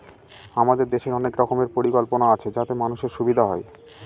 আমাদের দেশের অনেক রকমের পরিকল্পনা আছে যাতে মানুষের সুবিধা হয়